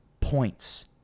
points